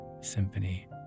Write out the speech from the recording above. symphony